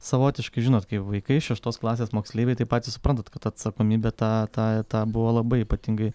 savotiškai žinot kai vaikai šeštos klasės moksleiviai taip patys suprantat kad ta atsakomybė tą tą ir tą buvo labai ypatingai